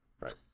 right